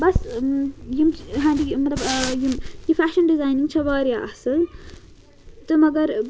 بَس یِم چھِ ہاں جی مطلب یِم یہِ فیشَن ڈِزاینِنٛگ چھےٚ واریاہ اَصٕل تہٕ مگر